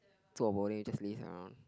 cho boh leh you just laze around